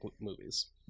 movies